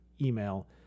email